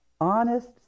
honest